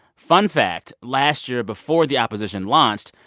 fun fact last year, before the opposition launched,